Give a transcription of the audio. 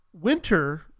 winter